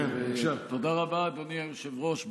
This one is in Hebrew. תודה רבה, אדוני היושב-ראש.